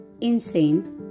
insane